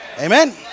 Amen